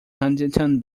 huntington